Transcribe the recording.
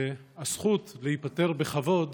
הזכות להיפטר בכבוד